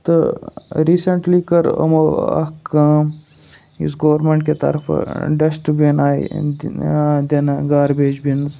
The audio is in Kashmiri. تہٕ ریٖسٮ۪نٹلی کٔر یِمو اَکھ کٲم یُس گورمٮ۪نٛٹ کہِ طرفہٕ ڈٮ۪سٹٕبیٖن آے دِنہٕ آ دِنہٕ گاربیج بِنٕز